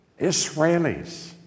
Israelis